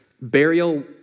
burial